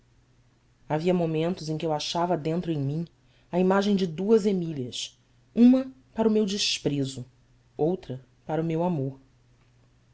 havia momentos em que eu achava dentro em mim a imagem de duas emílias uma para o meu desprezo outra para o meu amor